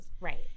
Right